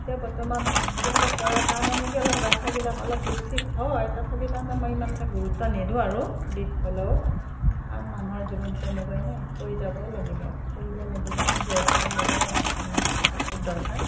এতিয়া বৰ্তমান সেইবিলাক কৰাৰ কাৰণে নেকি অলপ গা ছাগিলাক অলপ বিষ চিষ হয় তথাপি তাৰমানে মই ইমান এটা গুৰুত্ব নিদিওঁ আৰু বিষ হ'লেও কাৰণ মানুহৰ জীৱনটো এনেকুৱাই ন কৰি যাবই লাগিব কৰিব লাগিব জীয়াই থকাৰলৈকে বস্তুৰ দৰকাৰ